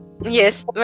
yes